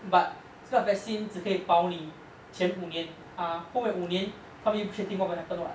but 这个 vaccine 只可以抱你前五年 ah 后五年他们不决定 what will happen [what]